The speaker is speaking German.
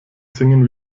singen